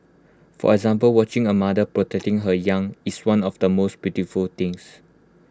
for example watching A mother protecting her young is one of the most beautiful things